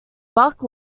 buck